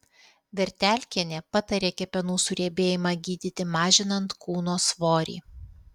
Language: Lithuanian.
vertelkienė patarė kepenų suriebėjimą gydyti mažinant kūno svorį